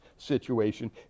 Situation